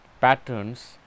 patterns